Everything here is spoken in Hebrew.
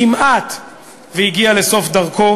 כמעט הגיע לסוף דרכו.